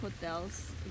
hotels